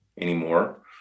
anymore